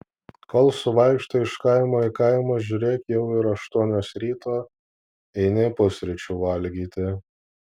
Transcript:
kol suvaikštai iš kaimo į kaimą žiūrėk jau ir aštuonios ryto eini pusryčių valgyti